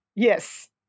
Yes